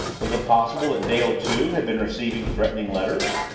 was it possible that dale, too, had been receiving threatening letters?